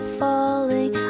falling